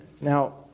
Now